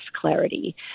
clarity